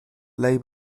label